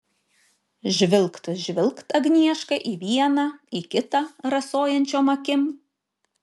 žvilgt žvilgt agnieška į vieną į kitą rasojančiom akim